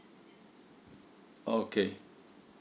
oh okay